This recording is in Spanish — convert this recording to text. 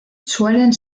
suelen